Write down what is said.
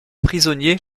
prisonnier